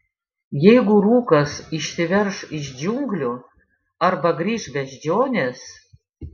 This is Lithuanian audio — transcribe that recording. jeigu rūkas išsiverš iš džiunglių arba grįš beždžionės